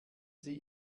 sie